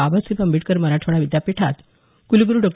बाबासाहेब आंबेडकर मराठवाडा विद्यापीठात कुलगुरु डॉ